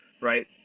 right